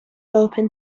open